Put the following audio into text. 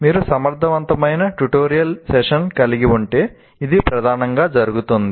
మీరు సమర్థవంతమైన tutorial session కలిగి ఉంటే ఇది ప్రధానంగా జరుగుతుంది